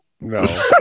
no